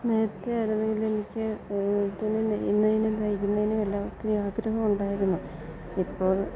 നേരത്തേയാണെങ്കിൽ എനിക്ക് നെയ്ത്തിനും നെയ്യുന്നതിനും തയ്ക്കുന്നതിനുമെല്ലാം ഒത്തിരി ആഗ്രഹമുണ്ടായിരുന്നു ഇപ്പോൾ